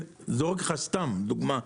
זורק לך סתם דוגמא,